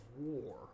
War